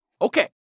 Okay